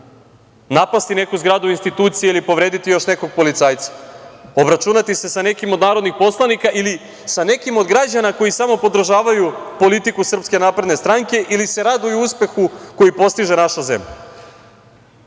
napasti neku zgradu institucije ili povrediti još nekog policajca, obračunati se sa nekim od narodnih poslanika ili sa nekim od građana koji samo podržavaju politiku SNS ili se raduju uspehu koji postiže naša